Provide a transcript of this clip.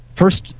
First